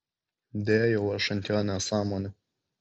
dėjau aš ant jo nesąmonių